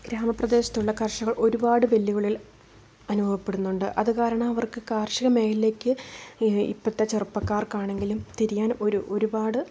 ഗ്രാമ പ്രേദേശത്തുള്ള കർഷകർ ഒരുപാട് വെല്ലുവിളികൾ അനുഭവപ്പെടുന്നുണ്ട് അതുകാരണം അവർക്കു കാർഷിക മേഖലയിലേയ്ക്ക് ഇപ്പോഴത്തെ ചെറുപ്പക്കാർക്കാണെങ്കിലും തിരിയാൻ ഒരു ഒരുപാട്